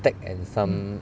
technology and some